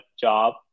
job